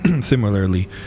similarly